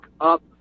up